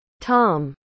Tom